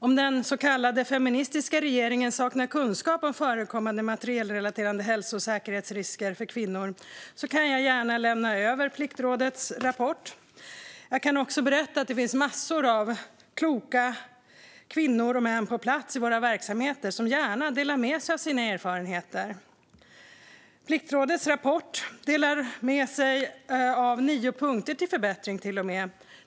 Om den så kallade feministiska regeringen saknar kunskap om förekommande materielrelaterade hälso och säkerhetsrisker för kvinnor kan jag gärna lämna över Pliktrådets rapport. Jag kan också berätta att det finns massor av kloka kvinnor och män på plats i våra verksamheter som gärna delar med sig av sina erfarenheter. I Pliktrådets rapport delar man med sig av nio punkter till förbättring, till och med.